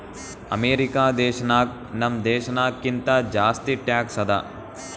America ದೇಶನಾಗ್ ನಮ್ ದೇಶನಾಗ್ ಕಿಂತಾ ಜಾಸ್ತಿ ಟ್ಯಾಕ್ಸ್ ಅದಾ